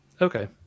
Okay